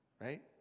right